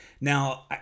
Now